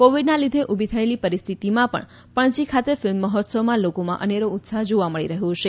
કોવીડના લીઘે ઊભી થયેલી પરિસ્થિતિમાં પણ પણજી ખાતે ફિલ્મ મહોત્સવમાં લોકોમાં અનેરો ઉત્સાહ જોવા મળી રહ્યો છે